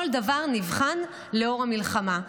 כל דבר נבחן לאור המלחמה.